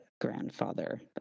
grandfather